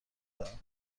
دهند